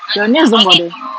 your nails don't bother